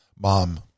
mom